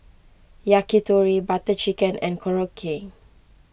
Yakitori Butter Chicken and Korokke